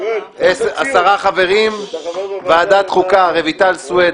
10 חברים: מוועדת חוקה רויטל סויד,